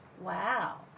Wow